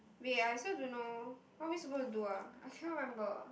we are still don't know what are we supposed to do ah I can't remember